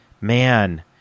man